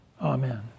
Amen